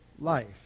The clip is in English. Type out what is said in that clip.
life